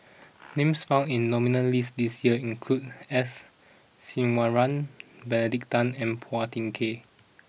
names found in nominal list this year include S Iswaran Benedict Tan and Phua Thin Kiay